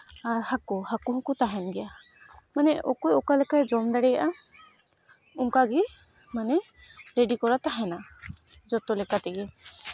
ᱟᱨ ᱦᱟᱹᱠᱩ ᱦᱟᱹᱠᱩ ᱦᱚᱸᱠᱚ ᱛᱟᱦᱮᱱ ᱜᱮᱭᱟ ᱢᱟᱱᱮ ᱚᱠᱚᱭ ᱚᱠᱟ ᱞᱮᱠᱟᱭ ᱡᱚᱢ ᱫᱟᱲᱮᱭᱟᱜᱼᱟ ᱚᱱᱠᱟ ᱜᱮ ᱢᱟᱱᱮ ᱨᱮᱰᱤ ᱠᱚᱨᱟ ᱛᱟᱦᱮᱱᱟ ᱡᱚᱛᱚ ᱞᱮᱠᱟ ᱛᱮᱜᱮ